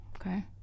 okay